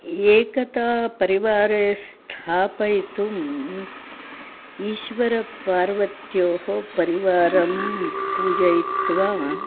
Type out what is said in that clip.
एकता परिवारे स्थापयितुम् ईश्वरपार्वत्योः परिवारं पूजयित्वा